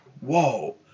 whoa